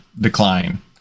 decline